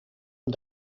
een